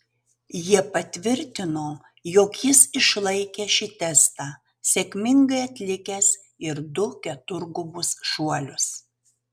jie patvirtino jog jis išlaikė šį testą sėkmingai atlikęs ir du keturgubus šuolius